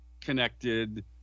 connected